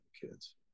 kids